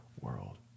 world